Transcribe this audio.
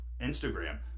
Instagram